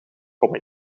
kom